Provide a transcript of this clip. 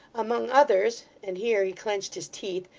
among others and here he clenched his teeth,